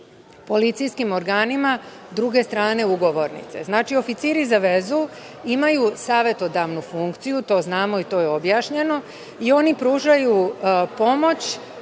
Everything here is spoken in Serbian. policijskim organima druge strane ugovornice. Znači, oficiri za vezu imaju savetodavnu funkciju, to znamo i to je objašnjeno, i oni pružaju pomoć